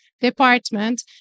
department